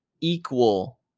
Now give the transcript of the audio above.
equal